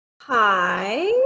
Hi